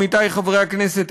עמיתי חברי הכנסת,